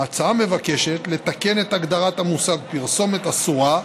ההצעה מבקשת לתקן את הגדרת המושג "פרסומת אסורה",